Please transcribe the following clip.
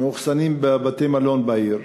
אכסנו אותם בבתי-מלון בעיר,